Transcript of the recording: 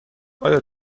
آیا